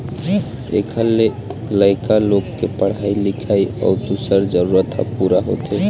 एखर ले लइका लोग के पढ़ाई लिखाई अउ दूसर जरूरत ह पूरा होथे